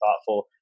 thoughtful